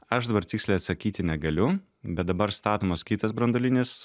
aš dabar tiksliai atsakyti negaliu bet dabar statomas kitas branduolinis